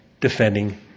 defending